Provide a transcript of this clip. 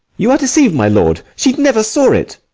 you are deceiv'd, my lord she never saw it.